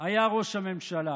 היה ראש הממשלה,